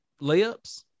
layups